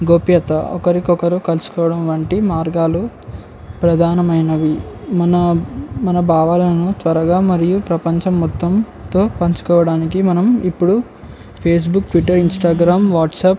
గోప్యత ఒకరికొకరు కలుసుకోవడం వంటి మార్గాలు ప్రధానమైనవి మన మన భావాలను త్వరగా మరియు ప్రపంచం మొత్తంతో పంచుకోవడానికి మనం ఇప్పుడు ఫేస్బుక్ ట్విట్టర్ ఇన్స్టాగ్రామ్ వాట్సాప్